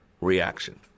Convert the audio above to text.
reaction